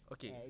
Okay